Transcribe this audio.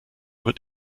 wird